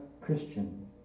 Christian